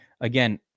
again